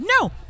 No